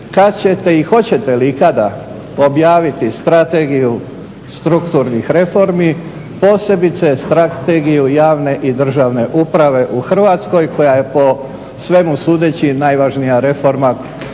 kad ćete i hoćete li i kada objaviti strategiju strukturnih reformi, posebice strategiju javne i državne uprave u Hrvatskoj koja je po svemu sudeći najvažnija reforma